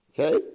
Okay